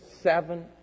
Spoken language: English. seven